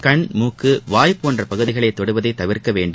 கண் மூக்கு வாய் போன்ற பகுதிகளை தொடுவதை தவிர்க்க வேண்டும்